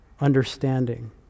understanding